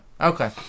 Okay